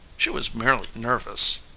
she was merely nervous.